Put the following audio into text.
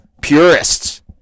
purists